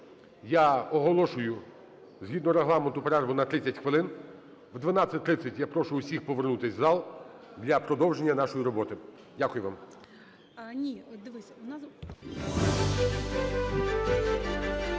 я оголошую згідно Регламенту перерву на 30 хвилин. В 12:30 я прошу всіх повернутися в зал для продовження нашої роботи. Дякую вам. (Після